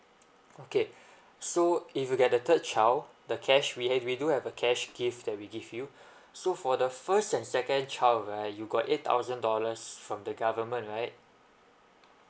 okay so if you get the third child the cash we ha~ we do have a cash gift that we give you so for the first and second child right you got eight thousand dollars from the government right